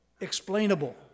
explainable